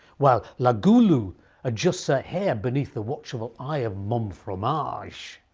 while la goulou adjusts her hair beneath the watchful eye of mome fromage.